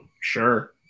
Sure